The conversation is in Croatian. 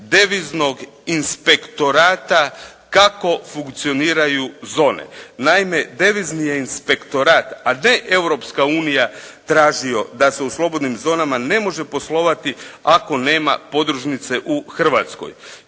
deviznog inspektorata kako funkcioniraju zone. Naime devizni je inspektorat a ne Europska unija tražio da se u slobodnim zonama ne može poslovati ako nema podružnice u Hrvatskoj.